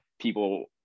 people